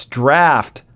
draft